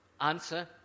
answer